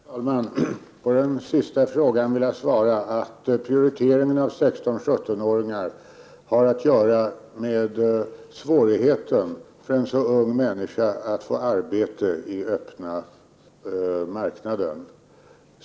Herr talman! På den sista frågan vill jag svara att prioriteringen av 16 och 17-åringar har att göra med svårigheten för en så ung människa att få arbete i öppna marknaden.